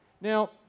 Now